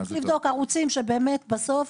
לבדוק ערוצים שבאמת בסוף,